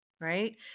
right